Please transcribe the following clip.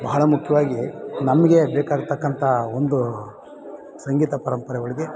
ಬಹಳ ಮುಖ್ಯವಾಗಿ ನಮಗೆ ಬೇಕಾಗಿರತಕ್ಕಂಥ ಒಂದು ಸಂಗೀತ ಪರಂಪರೆ ಒಳಗೆ